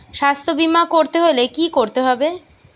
স্বাস্থ্যবীমা করতে হলে কি করতে হবে?